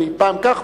אני פעם כך,